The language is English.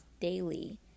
daily